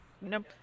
Nope